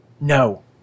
No